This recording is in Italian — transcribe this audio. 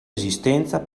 esistenza